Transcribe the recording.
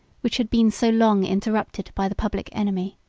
which had been so long interrupted by the public enemy.